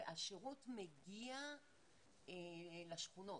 השירות מגיע לשכונות.